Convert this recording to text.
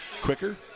quicker